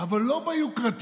אבל לא ביוקרתי.